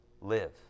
live